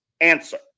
answer